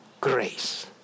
grace